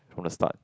from the start